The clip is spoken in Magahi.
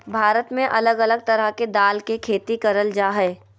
भारत में अलग अलग तरह के दाल के खेती करल जा हय